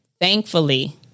thankfully